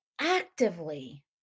actively